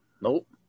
Nope